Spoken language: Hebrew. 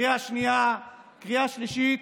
בקריאה שנייה, קריאה שלישית,